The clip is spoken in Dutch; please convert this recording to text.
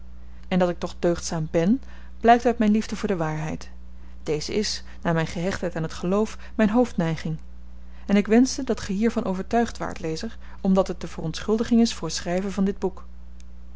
en dat ik toch deugdzaam bèn blykt uit myn liefde voor de waarheid deze is na myn gehechtheid aan het geloof myn hoofdneiging en ik wenschte dat ge hiervan overtuigd waart lezer omdat het de verontschuldiging is voor t schryven van dit boek